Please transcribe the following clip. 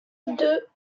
deux